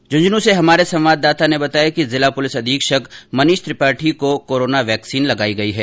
झूंझनूं से हमारे संवादााता ने बताया कि जिला पुलिस अधीक्षक मनीष त्रिपाठी को कोरोना वैक्सीन लगाई गई हैं